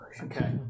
Okay